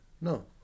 No